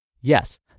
Yes